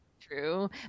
true